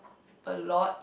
a lot